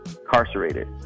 incarcerated